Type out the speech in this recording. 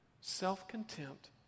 self-contempt